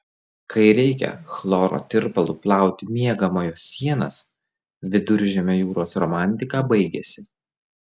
kai reikia chloro tirpalu plauti miegamojo sienas viduržemio jūros romantika baigiasi